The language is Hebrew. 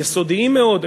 יסודיים מאוד,